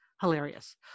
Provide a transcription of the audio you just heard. hilarious